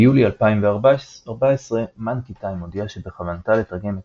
ביולי 2014 מאנקי טיים הודיעה שבכוונתה לתרגם את